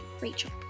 Rachel